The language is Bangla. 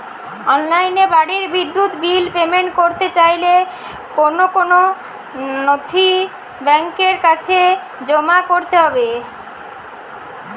অনলাইনে বাড়ির বিদ্যুৎ বিল পেমেন্ট করতে চাইলে কোন কোন নথি ব্যাংকের কাছে জমা করতে হবে?